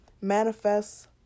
manifest